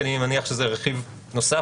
כי אני מניח שזה רכיב נוסף.